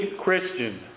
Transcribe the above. Christian